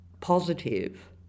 positive